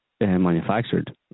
manufactured